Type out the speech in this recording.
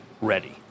ready